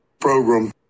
Program